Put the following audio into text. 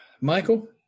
Michael